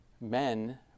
men